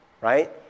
right